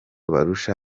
barusha